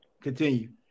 Continue